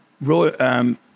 Roy